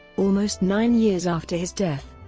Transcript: almost nine years after his death.